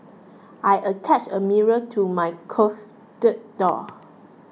I attached a mirror to my closet door